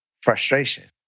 frustration